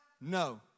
No